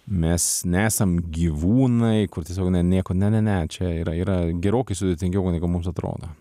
mes nesam gyvūnai kur tiesiog ne nieko ne ne ne čia yra yra gerokai sudėtingiau negu mums atrodo